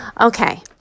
Okay